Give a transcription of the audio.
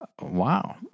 Wow